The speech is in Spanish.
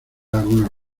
algunos